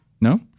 No